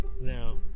now